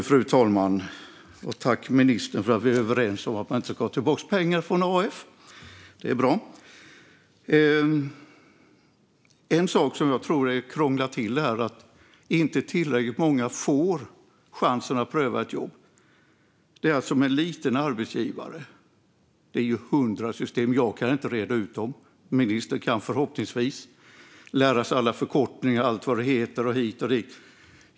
Fru talman! Tack, ministern, för att vi är överens om att man inte ska ha tillbaka pengar från AF! Det är bra. En sak som jag tror krånglar till det här att inte tillräckligt många får chansen att prova på ett jobb är att för en liten arbetsgivare är det hundra system. Ministern kan dem förhoppningsvis, men jag kan inte reda ut dem och lära mig alla förkortningar och allt vad det heter hit och dit.